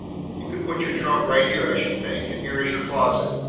you can put your trunk right here, i should think and here is your closet,